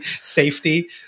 safety